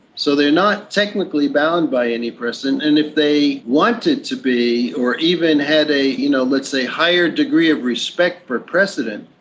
so they're not technically bound by any precedent and if they wanted to be or even had a, you know let's say, higher degree of respect for precedent,